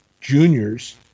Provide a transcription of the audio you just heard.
Juniors